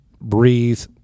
breathe